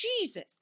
Jesus